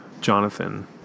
Jonathan